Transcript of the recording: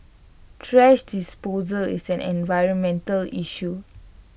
thrash disposal is an environmental issue